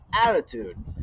attitude